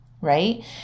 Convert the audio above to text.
Right